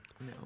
no